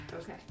okay